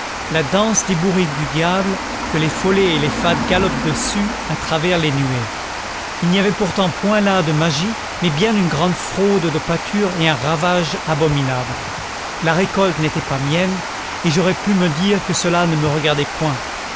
la danse des bourriques du diable quand les follets et les fades galopent dessus à travers les nuées il n'y avait pourtant point là de magie mais bien une grande fraude de pâture et un ravage abominable la récolte n'était pas mienne et j'aurais pu me dire que cela ne me regardait point